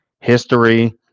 history